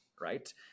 Right